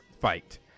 fight